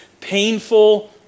painful